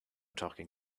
talking